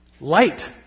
light